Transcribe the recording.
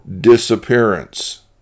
disappearance